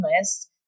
list